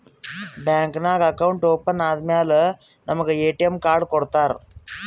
bank ನಾಗ್ account open ಆದಮ್ಯಾಲ ನಮುಗ ಎ.ಟಿ.ಎಮ್ ಕಾರ್ಡ್ ಕೊಡ್ತಾರ್